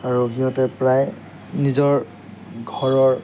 আৰু সিহঁতে প্ৰায় নিজৰ ঘৰৰ